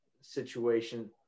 situation